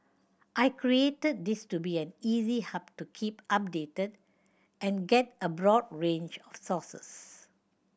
I created this to be an easy hub to keep updated and get a broad range of sources